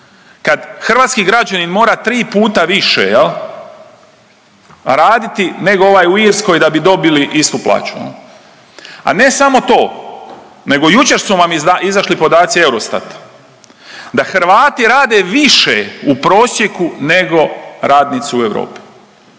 Kad hrvatski građanin mora 3 puta više jel raditi nego ovaj u Irskoj da bi dobili istu plaću jel. A ne samo to, nego jučer su vam izašli podaci Eurostat da Hrvati rade više u prosjeku nego radnici u Europi.